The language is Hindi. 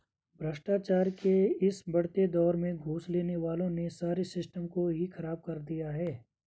भ्रष्टाचार के इस बढ़ते दौर में घूस लेने वालों ने सारे सिस्टम को ही खराब कर दिया है